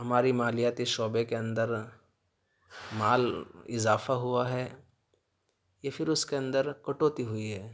ہماری مالیاتی شعبے کے اندر مال اضافہ ہوا ہے یا پھر اس کے اندر کٹوتی ہوئی ہے